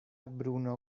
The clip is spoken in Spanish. bruno